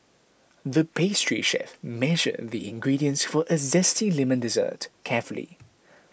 the pastry chef measured the ingredients for a Zesty Lemon Dessert carefully